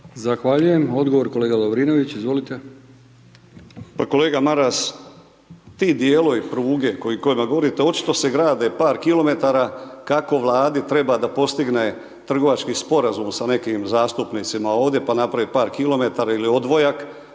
(HDZ)** Odgovor, kolega Lovrinović, izvolite.